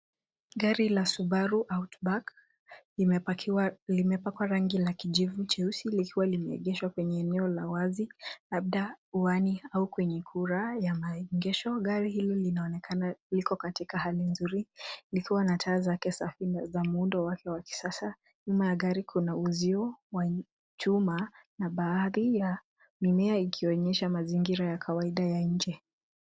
Gari la Subaru Outback limepakwa rangi la kijivu cheusi likiwa limeegeshwa kwenye eneo la wazi labda uwani au kwenye kura ya maegesho. Gari hili linaonekana liko katika hali nzuri, likiwa na taa zake safi na za muundo wake wa kisasa. Nyuma ya gari kuna uzio wa chuma na baadhi ya mimea ikionyesha mazingira ya kawaida ya nje.